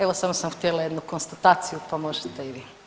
Evo samo sam htjela jednu konstataciju, pa možete i vi.